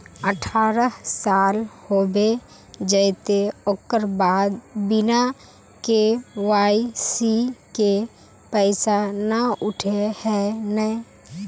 अठारह साल होबे जयते ओकर बाद बिना के.वाई.सी के पैसा न उठे है नय?